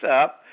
up